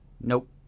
Nope